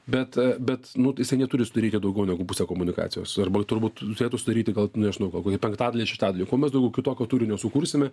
bet bet nu jisai neturi sudaryti daugiau negu puse komunikacijos arba turbūt turėtų sudaryti gal nežinau kokį penktadalį šeštadalį kuo mes daugiau kitokio turinio sukursime